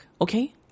okay